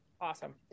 awesome